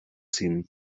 team